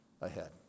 ahead